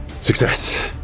Success